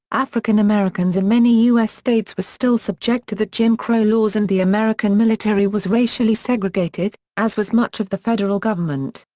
african americans in many u s. states were still subject to the jim crow laws and the american military was racially segregated, as was much of the federal government.